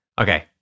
okay